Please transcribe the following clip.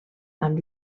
amb